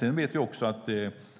Vi vet också att